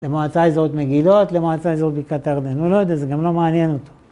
למועצה אזורית מגילות, למועצה אזורית בקטרדן- הוא לא יודע, זה גם לא מעניין אותו.